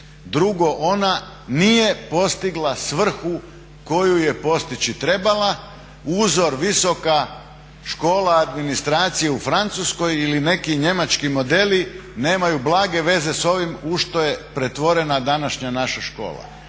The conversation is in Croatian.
drugo ona nije postigla svrhu koju je postići trebala, uzor Visoka škola administracije u Francuskoj ili neki njemački modeli nemaju blage veze s ovim u što je pretvorena današnja naša škola.